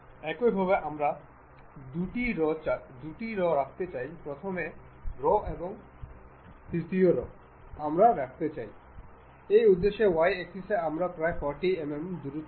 সুতরাং একটি কনসেন্ট্রিক মেটর জন্য আমি অন্য কিছু জিওমেট্রি ইমপোর্ট করতে চাই